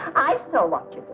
i still. well